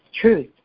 truth